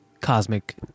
Cosmic